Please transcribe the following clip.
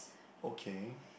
okay